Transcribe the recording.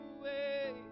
away